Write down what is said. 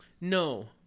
no